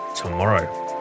tomorrow